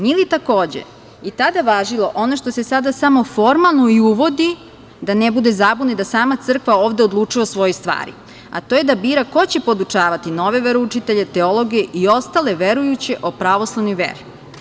Nije li, takođe, i tada važilo ono što se sada samo formalno uvodi, da ne bude zabune, da sama crkva ovde odlučuje o svojoj stvari, a to je da bira ko će da podučavati nove veroučitelje, teologije i ostale verujuće o pravoslavnoj veri?